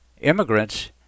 immigrants